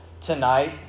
tonight